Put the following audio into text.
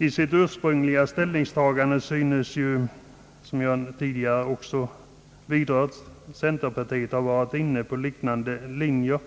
I sitt ursprungliga ställningstagande synes ju, som jag tidigare också vidrört, centerpartiet ha varit inne på liknande linjer,